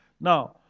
Now